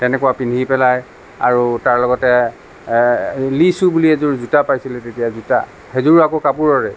তেনেকুৱা পিন্ধি পেলাই আৰু তাৰ লগতে লী শ্বু বুলি এযোৰ জোতা পাইছিল তেতিয়া জোতা সেইযোৰো আকৌ কাপোৰৰে